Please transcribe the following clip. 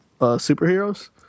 superheroes